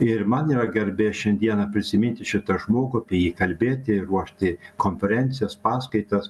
ir man yra garbė šiandieną prisiminti šitą žmogų apie jį kalbėti ir ruošti konferencijas paskaitas